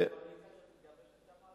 יש לכם קואליציה שמתגבשת שם על השולחן?